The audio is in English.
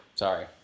sorry